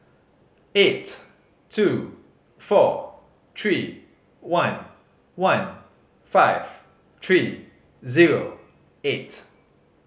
eight two four three one one five three zero eight